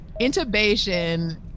intubation